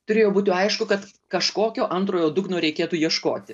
turėjo būt jau aišku kad kažkokio antrojo dugno reikėtų ieškoti